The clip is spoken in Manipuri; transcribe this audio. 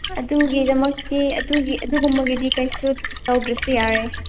ꯑꯗꯨꯒꯤꯗꯃꯛꯇꯤ ꯑꯗꯨꯒꯤ ꯑꯗꯨꯒꯤ ꯀꯩꯁꯨ ꯇꯧꯗ꯭ꯔꯁꯨ ꯌꯥꯔꯦ